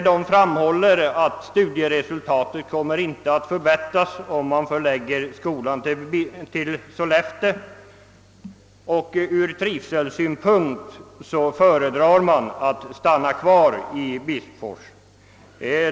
De framhåller att studieresultatet inte kommer att förbättras om skolan förläggs till Sollefteå och att man från trivselsynpunkt föredrar att stanna kvar i Bispfors.